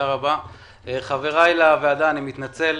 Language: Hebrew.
חבריי לוועדה, אני מתנצל.